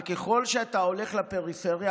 וככל שאתה הולך לפריפריה,